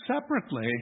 separately